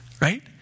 Right